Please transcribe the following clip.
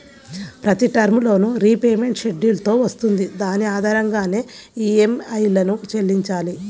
ప్రతి term loan repayment schedule తో వస్తుంది దాని ఆధారంగానే ఈఎంఐలను చెల్లించాలి